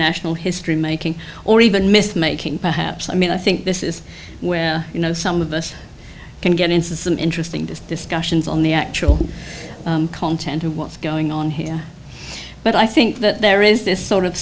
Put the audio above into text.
national history making or even miss making perhaps i mean i think this is where you know some of us can get into some interesting discussions on the actual content of what's going on here but i think that there is this sort of